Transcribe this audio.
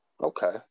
Okay